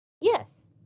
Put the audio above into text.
Yes